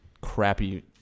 crappy